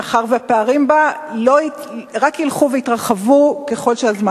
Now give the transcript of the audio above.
מאחר שהפערים בה רק ילכו ויתרחבו ככל שהזמן